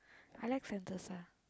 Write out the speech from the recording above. I like Sentosa